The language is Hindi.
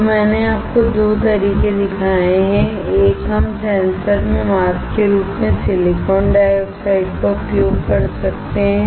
तो मैंने आपको 2 तरीके दिखाए हैं एक हम सेंसर में मास्क के रूप में सिलिकॉन डाइऑक्साइड का उपयोग कर सकते हैं